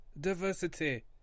diversity